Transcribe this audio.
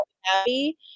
happy